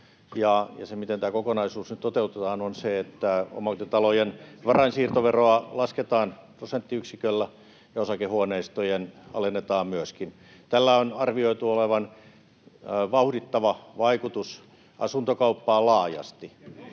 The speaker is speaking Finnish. Se, miten tämä kokonaisuus nyt toteutetaan, on se, että omakotitalojen varainsiirtoveroa lasketaan prosenttiyksiköllä ja myöskin osakehuoneistojen varainsiirtoveroa alennetaan. Tällä on arvioitu olevan vauhdittava vaikutus asuntokauppaan laajasti.